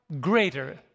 greater